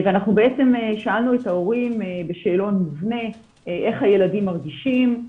שאלנו את ההורים בשאלון מובנה איך הילדים מרגישים,